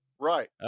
Right